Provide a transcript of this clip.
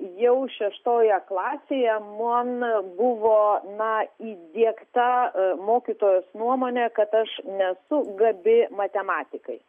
jau šeštoje klasėje man buvo na įdiegta mokytojos nuomonė kad aš nesu gabi matematikai